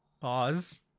Pause